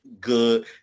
good